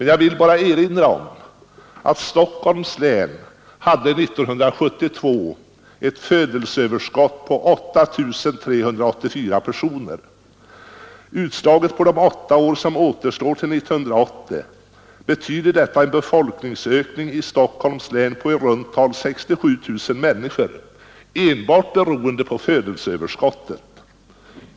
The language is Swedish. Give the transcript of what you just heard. Jag vill bara erinra om att Stockholms län 1972 hade ett födelseöverskott på 8 384 personer. Överfört på de åtta år som återstår till 1980 betyder det en befolkningsökning i Stockholms län på i runt tal 67 000 människor enbart beroende på födelseöverskottet.